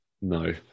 No